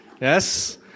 yes